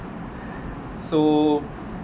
so